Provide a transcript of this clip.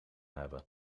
hebben